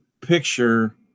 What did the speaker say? picture